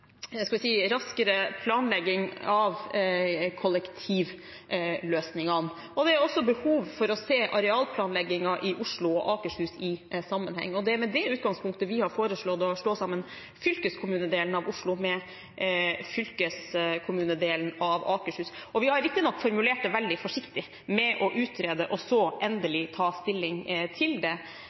jeg følte lå litt under i spørsmålet her. Men vi ser at med den veksten som hovedstadsområdet har, er det, punkt én: behov for å få fart på boligutbyggingen, og, punkt to: behov for raskere planlegging av kollektivløsningene. Det er også behov for å se arealplanleggingen i Oslo og Akershus i sammenheng, og det er med det utgangspunktet vi har foreslått å slå sammen fylkeskommunedelen av Oslo med fylkeskommunedelen